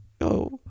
no